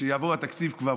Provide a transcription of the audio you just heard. שיעבור התקציב כבר,